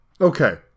Okay